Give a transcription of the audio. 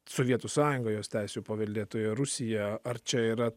sovietų sąjunga jos teisių paveldėtoja rusija ar čia yra